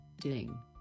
Ding